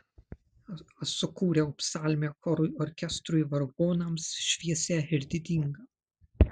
aš sukūriau psalmę chorui orkestrui vargonams šviesią ir didingą